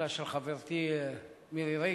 בראשותה של חברתי מירי רגב.